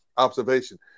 observation